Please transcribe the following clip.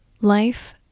Life